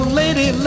lady